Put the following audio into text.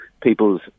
people's